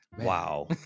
Wow